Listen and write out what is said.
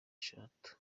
eshatu